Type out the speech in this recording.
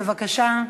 בבקשה.